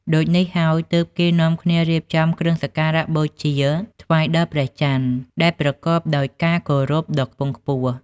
ដូចនេះហើយទើបគេនាំគ្នារៀបចំគ្រឿងសក្ការៈបូជាថ្វាយដល់ព្រះច័ន្ទ ដែលប្រកបដោយការគោរពដ៏ខ្ពង់ខ្ពស់។